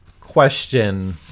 question